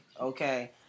okay